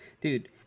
Dude